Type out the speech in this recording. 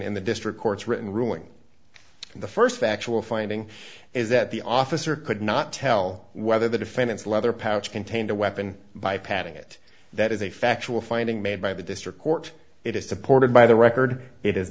in the district court's written ruling the st factual finding is that the officer could not tell whether the defendant's leather pouch contained a weapon by padding it that is a factual finding made by the district court it is supported by the record it